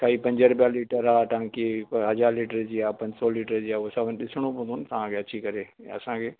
काई पंज रुपिया लीटर आहे टांकी हिकु हज़ार लीटर जी आहे पंज सौ लीटर जी आहे उहो सभु ॾिसणो पवंदो तव्हांखे अची करे असांखे